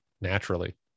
naturally